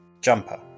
Jumper